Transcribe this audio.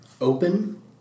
Open